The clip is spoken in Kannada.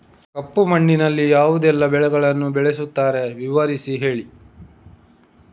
ಕಪ್ಪು ಮಣ್ಣಿನಲ್ಲಿ ಯಾವುದೆಲ್ಲ ಬೆಳೆಗಳನ್ನು ಬೆಳೆಸುತ್ತಾರೆ ವಿವರಿಸಿ ಹೇಳಿ